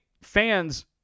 fans